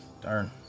Darn